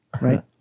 right